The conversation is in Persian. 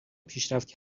پیشرفت